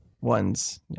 ones